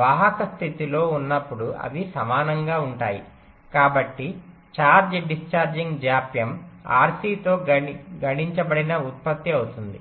వాహక స్థితిలో ఉన్నప్పుడు అవి సమానంగా ఉంటాయి కాబట్టి ఛార్జ్ డిశ్చార్జింగ్ జాప్యం RC తో గణించబడిన ఉత్పత్తి అవుతుంది